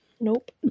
Nope